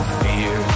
fear